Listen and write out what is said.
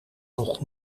nog